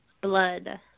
blood